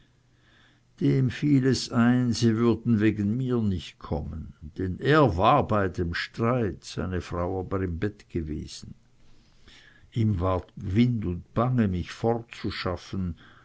dem fiel es ein sie würden wegen mir nicht kommen denn er war bei dem streit seine frau aber im bett gewesen ihm ward wind und bange mich